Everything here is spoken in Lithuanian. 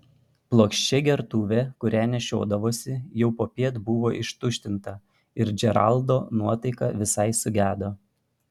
plokščia gertuvė kurią nešiodavosi jau popiet buvo ištuštinta ir džeraldo nuotaika visai sugedo